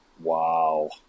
Wow